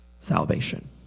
salvation